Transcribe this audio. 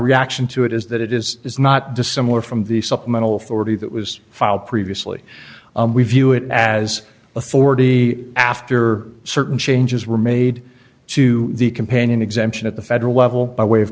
reaction to it is that it is is not dissimilar from the supplemental forty that was filed previously we view it as a forty after certain changes were made to the companion exemption at the federal level by way of